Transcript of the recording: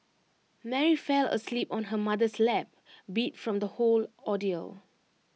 Mary fell asleep on her mother's lap beat from the whole ordeal